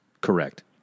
Correct